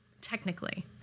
technically